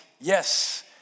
Yes